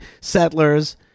settlers